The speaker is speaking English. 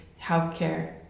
healthcare